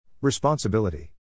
Responsibility